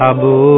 Abu